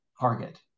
Target